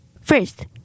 First